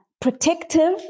protective